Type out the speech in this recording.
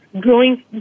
growing